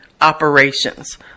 Operations